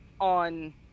on